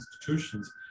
institutions